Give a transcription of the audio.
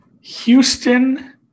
Houston